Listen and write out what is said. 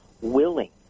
willing